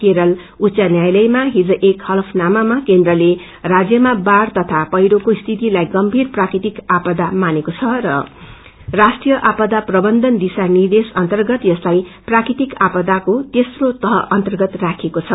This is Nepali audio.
केरल उच्च न्यायातयमा हिज एक ह्लफनामामा केन्द्रले राज्यमा बाइ तथा पैट्रोको स्थितिलाई गम्भीर प्राकृतिक आपदा मानेको छ र राष्ट्रीय आपदा प्रकन्वन दिशा निर्देश अन्तर्गत यस्ताई प्राकृतिक आपदाको तेप्रो तह अन्तर्गत राखको छ